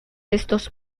estos